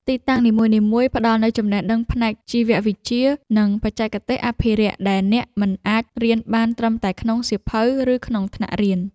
ទីតាំងនីមួយៗផ្ដល់នូវចំណេះដឹងផ្នែកជីវវិទ្យា និងបច្ចេកទេសអភិរក្សដែលអ្នកមិនអាចរៀនបានត្រឹមតែក្នុងសៀវភៅ ឬក្នុងថ្នាក់រៀន។